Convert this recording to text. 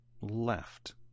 left